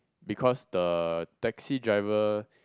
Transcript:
because the taxi driver